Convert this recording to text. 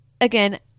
again